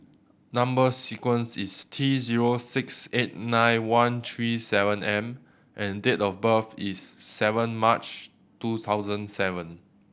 number sequence is T zero six eight nine one three seven M and date of birth is seven March two thousand seven